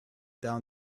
down